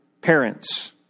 parents